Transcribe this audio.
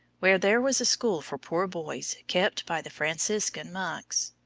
where there was a school for poor boys kept by the franciscan monks.